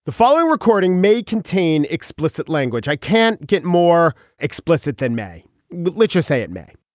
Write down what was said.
the following recording may contain explicit language i can't get more explicit than may literacy it may